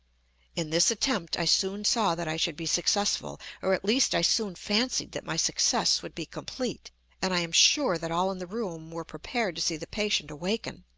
in this attempt i soon saw that i should be successful or at least i soon fancied that my success would be complete and i am sure that all in the room were prepared to see the patient awaken.